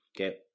okay